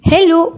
Hello